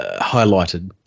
highlighted